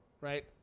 right